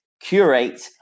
curate